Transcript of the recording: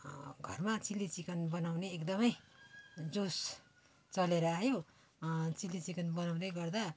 घरमा chilli chicken बनाउने एकदम जोस चलेर आयो चिल्ली चिकन बनाउँदै गर्दा